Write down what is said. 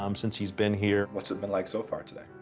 um since he's been here. what's it been like so far today?